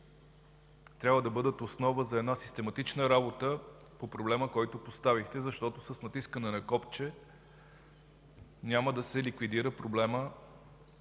трябва да бъдат основа за една систематична работа по проблема, който поставихте, защото с натискане на копче проблемът няма да се ликвидира. Вие